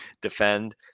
defend